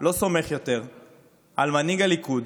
לא סומך יותר על מנהיג הליכוד